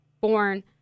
born